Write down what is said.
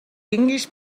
tingues